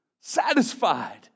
Satisfied